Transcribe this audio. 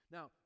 Now